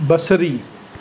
बसरी